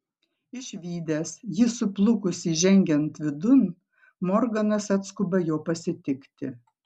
išvydęs jį suplukusį žengiant vidun morganas atskuba jo pasitikti